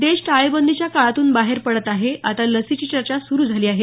देश टाळेबंदीच्या काळातून बाहेर पडत आहे आता लसीची चर्चा सुरु झाली आहे